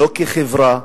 לא כחברה,